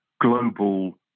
global